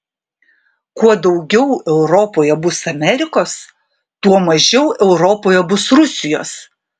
kuo daugiau europoje bus amerikos tuo mažiau europoje bus rusijos